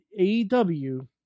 AEW